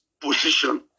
position